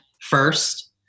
first